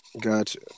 Gotcha